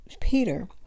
Peter